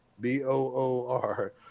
B-O-O-R